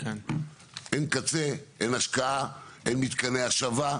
אין קצה, אין השקעה, אין מתקני השבה,